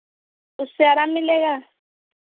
उससे आराम मिलेगा